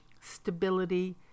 stability